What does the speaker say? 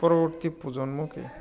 পরবর্তী প্রজন্মকে